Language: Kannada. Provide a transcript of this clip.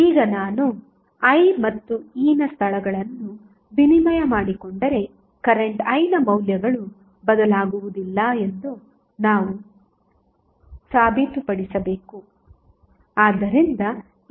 ಈಗ ನಾನು I ಮತ್ತು E ನ ಸ್ಥಳಗಳನ್ನು ವಿನಿಮಯ ಮಾಡಿಕೊಂಡರೆ ಕರೆಂಟ್ I ನ ಮೌಲ್ಯಗಳು ಬದಲಾಗುವುದಿಲ್ಲ ಎಂದು ನಾವು ಸಾಬೀತುಪಡಿಸಬೇಕು